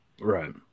right